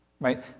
right